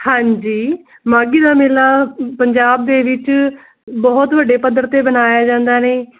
ਹਾਂਜੀ ਮਾਘੀ ਦਾ ਮੇਲਾ ਪੰਜਾਬ ਦੇ ਵਿੱਚ ਬਹੁਤ ਵੱਡੇ ਪੱਧਰ ਤੇ ਮਨਾਇਆ ਜਾਂਦਾ ਐ